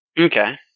Okay